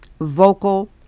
vocal